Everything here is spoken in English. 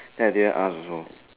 then I didn't ask also